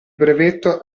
brevetto